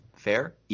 Fair